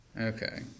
Okay